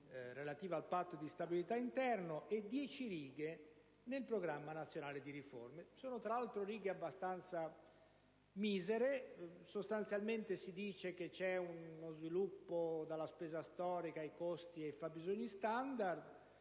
relativa al Patto di stabilità interno e dieci righe nel Programma nazionale di riforma. Sono tra l'altro righe abbastanza misere, in cui si dice che si passerà dalla spesa storica ai costi e ai fabbisogni standard